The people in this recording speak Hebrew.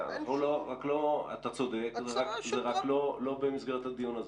אתה צודק, רק לא במסגרת הדיון הזה.